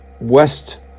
West